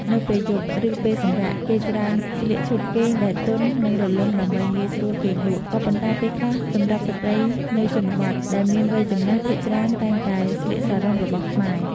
នៅពេលយប់ ឬពេលសម្រាក គេច្រើនស្លៀកឈុតគេងដែលទន់ និងរលុងដើម្បីងាយស្រួលគេងលក់ ក៏ប៉ុន្តែពេលខ្លះសម្រាប់ស្ត្រីនៅជនបទដែលមានវ័យចំណាស់ភាគច្រើនតែងតែស្លៀកសារ៉ុងរបស់ខ្មែរ។